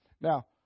Now